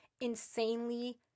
insanely